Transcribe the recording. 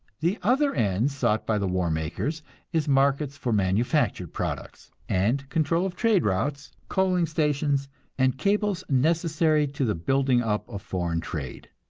the other end sought by the war-makers is markets for manufactured products, and control of trade routes, coaling stations and cables necessary to the building up of foreign trade.